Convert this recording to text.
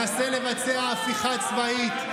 והוא מנסה לבצע הפיכה צבאית,